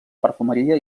perfumeria